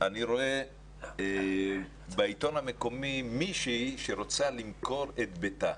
אני רואה בעיתון המקומי מישהי שרוצה למכור את ביתה,